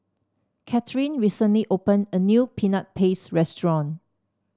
Catherine recently opened a new Peanut Paste restaurant